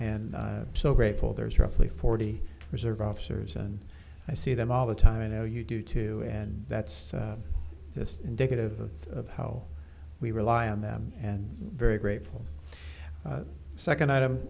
and so grateful there's roughly forty reserve officers and i see them all the time i know you do too and that's just indicative of how we rely on them and very grateful second item